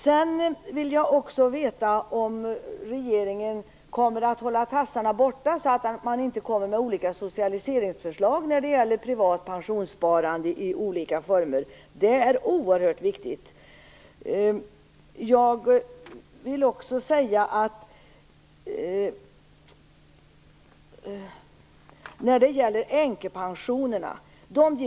Sedan vill jag också veta om regeringen kommer att hålla tassarna borta så att man inte kommer med olika socialiseringsförslag när det gäller privat pensionssparande i olika former. Det är oerhört viktigt. Börje Nilsson gick väldigt lätt förbi änkepensionerna.